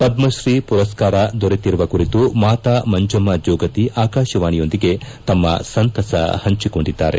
ಪದ್ರೀ ಪುರಸ್ಕಾರ ದೊರೆತಿರುವ ಕುರಿತು ಮಾತಾ ಮಂಜಮ್ಮ ಜೋಗತಿ ಆಕಾಶವಾಣೆಯೊಂದಿಗೆ ತಮ್ನ ಸಂತಸ ಪಂಚಿಕೊಂಡಿದ್ದಾರೆ